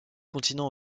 continent